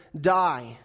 die